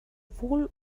wohl